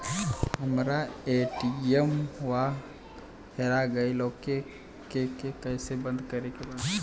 हमरा ए.टी.एम वा हेरा गइल ओ के के कैसे बंद करे के बा?